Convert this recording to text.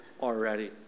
already